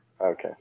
Okay